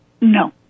No